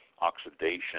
oxidation